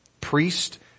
priest